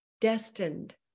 destined